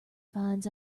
finds